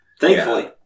Thankfully